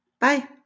bye